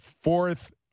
fourth